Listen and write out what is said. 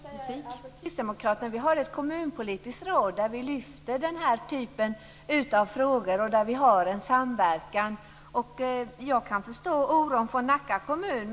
Fru talman! Jag skall bara kort säga att vi kristdemokrater har ett kommunpolitiskt råd där vi lyfter fram den här typen av frågor och har en samverkan. Jag kan förstå oron från Nacka kommun.